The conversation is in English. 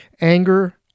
Anger